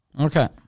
Okay